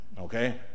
okay